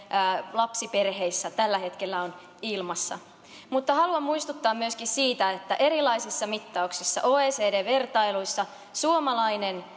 lapsiperheissä tällä hetkellä on ilmassa mutta haluan muistuttaa myöskin siitä että erilaisissa mittauksissa oecd vertailuissa suomalainen